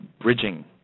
bridging